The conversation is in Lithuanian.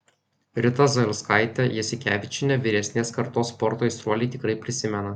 ritą zailskaitę jasikevičienę vyresnės kartos sporto aistruoliai tikrai prisimena